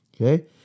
Okay